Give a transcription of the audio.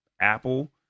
Apple